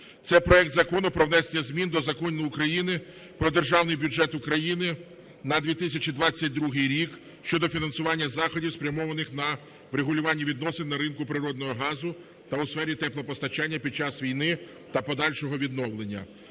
Це проект Закону про внесення змін до Закону України "Про Державний бюджет України на 2022 рік" (щодо фінансування заходів, спрямованих на врегулювання відносин на ринку природного газу та у сфері теплопостачання під час війни та подальшого відновлення).